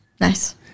Nice